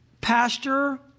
pastor